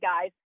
guys